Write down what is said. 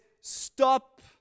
stop